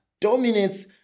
dominates